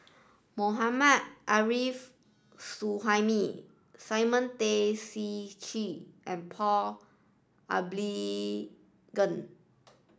Mohammad Arif Suhaimi Simon Tay Seong Chee and Paul Abisheganaden